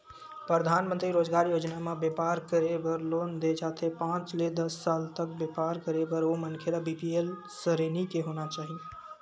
परधानमंतरी रोजगार योजना म बेपार करे बर लोन दे जाथे पांच ले दस लाख तक बेपार करे बर ओ मनखे ल बीपीएल सरेनी के होना चाही